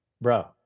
bro